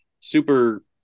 super